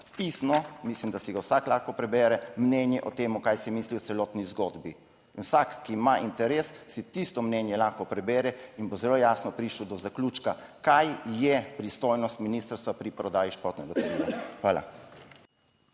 mislim, da si ga vsak lahko prebere, mnenje o tem kaj si misli o celotni zgodbi. In vsak, ki ima interes, si tisto mnenje lahko prebere in bo zelo jasno prišel do zaključka, kaj je pristojnost ministrstva pri prodaji športnega terena. Hvala.